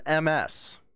MS